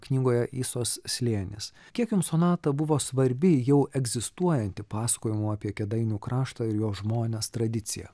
knygoje isos slėnis kiek jums sonata buvo svarbi jau egzistuojanti pasakojimų apie kėdainių kraštą ir jo žmones tradicija